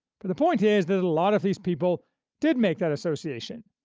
but the point is that a lot of these people did make that association,